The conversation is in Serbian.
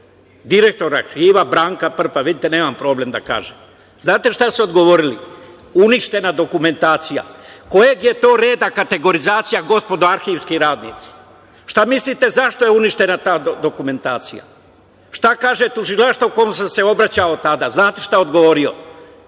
Direktor Arhiva Branka Prpa. Vidite da nemam problem da kažem. Znate šta su odgovorili? Uništena dokumentacija. Kojeg je to reda kategorizacija, gospodo, arhivski radnici? Šta mislite zašto je uništena ta dokumentacija? Šta kaže tužilaštvo kome sam se obraćao tada? Znate šta odgovorio,